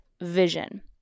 vision